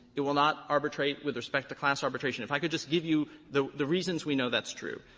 it will not arbitrate with respect to class arbitration. if i could just give you the the reasons we know that's true.